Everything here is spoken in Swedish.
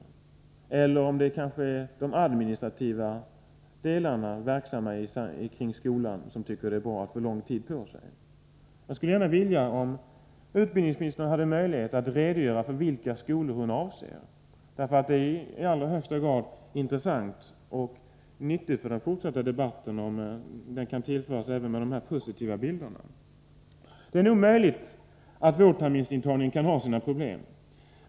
Kanske är det så, att det är personalen på den administrativa sidan som tycker att det är bra att få lång tid på sig. Det vore bra om utbildningsministern ville klargöra vilka skolor hon avser. Det är nämligen i allra högsta grad intressant och nyttigt att få reda på det. Dessutom skulle den fortsatta debatten tillföras något positivt. Det är möjligt att en vårterminsintagning innebär vissa problem.